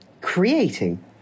creating